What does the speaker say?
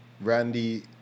Randy